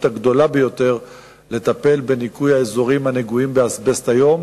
הגדולה ביותר לטפל בניקוי האזורים הנגועים באזבסט היום,